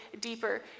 deeper